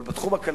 אבל בתחום הכלכלי